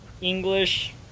English